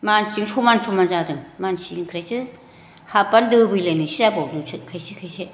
मानसिजों समान समान जादों मानसिनिफ्रायसो हाब्बानो दोबैलायनायसो जाबावदोंसो खायसे खायसे